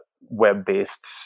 web-based